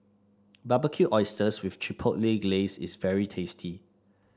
Barbecued Oysters with Chipotle Glaze is very tasty